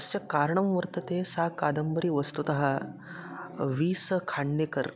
तस्य कारणं वर्तते सा कादम्बरी वस्तुतः वि स खाण्डेकर